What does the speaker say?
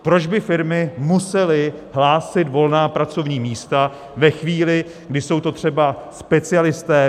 Proč by firmy musely hlásit volná pracovní místa ve chvíli, kdy jsou to třeba specialisté?